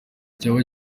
cyaba